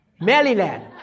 Maryland